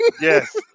yes